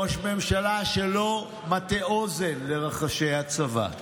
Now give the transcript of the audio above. ראש ממשלה שלא מטה אוזן לרחשי הצבא.